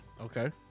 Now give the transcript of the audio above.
Okay